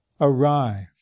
arrive